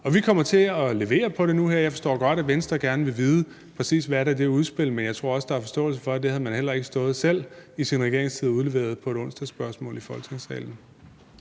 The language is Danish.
Vi kommer til at levere på det nu her. Jeg forstår godt, Venstre gerne vil vide, præcis hvad der er i det udspil, men jeg tror også, der er forståelse for, at det havde man heller ikke selv i sin regeringstid stået og udleveret i et onsdagsspørgsmål i Folketingssalen.